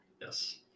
Yes